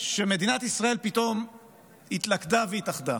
שמדינת ישראל פתאום התלכדה והתאחדה.